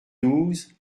douze